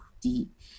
deep